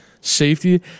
Safety